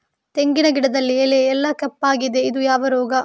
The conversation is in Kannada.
ತೆಂಗಿನ ಗಿಡದಲ್ಲಿ ಎಲೆ ಎಲ್ಲಾ ಕಪ್ಪಾಗಿದೆ ಇದು ಯಾವ ರೋಗ?